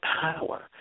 power